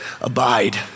abide